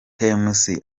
tmc